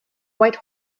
white